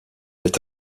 est